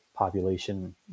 population